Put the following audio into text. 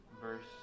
verse